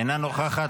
אינה נוכחת,